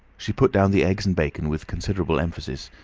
she put down the eggs and bacon with considerable emphasis,